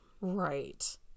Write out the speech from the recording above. Right